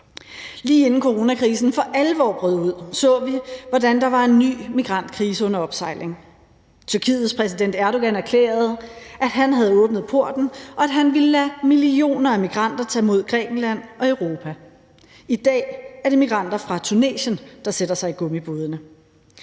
Lige inden coronakrisen for alvor brød ud, så vi, hvordan der var en ny migrantkrise under opsejling. Tyrkiets præsident Erdogan erklærede, at han havde åbnet porten, og at han ville lade millioner af migranter tage mod Grækenland og Europa. I dag er det migranter fra Tunesien, der sætter sig i gummibådene.